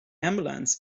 ambulance